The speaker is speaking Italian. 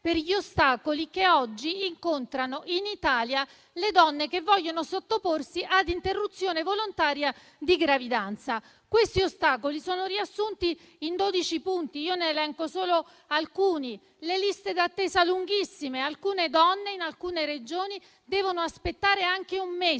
per gli ostacoli che oggi in Italia incontrano le donne che vogliono sottoporsi ad interruzione volontaria di gravidanza. Questi ostacoli sono riassunti in dodici punti, ma ne elenco solo alcuni. Le liste d'attesa sono lunghissime: le donne, in alcune Regioni, devono aspettare anche un mese